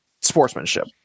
sportsmanship